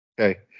Okay